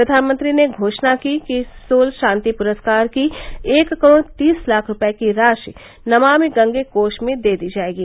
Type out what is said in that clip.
प्रधानमंत्री ने घोषणा की कि सोल शांति पुरस्कार की एक करोड़ तीस लाख रूपए की राशि नमामी गंगे कोष में दे दी जाएगी